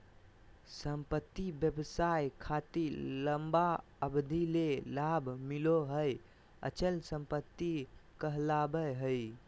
संपत्ति व्यवसाय खातिर लंबा अवधि ले लाभ मिलो हय अचल संपत्ति कहलावय हय